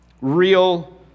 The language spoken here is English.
Real